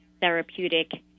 therapeutic